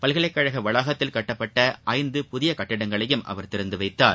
பல்கலைக்கழக வளாகத்தில் கட்டப்பட்ட ஐந்து புதிய கட்டடங்களையும் அவர் திறந்துவைத்தார்